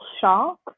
shock